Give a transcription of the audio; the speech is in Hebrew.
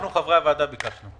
אנחנו, חברי הוועדה, ביקשנו.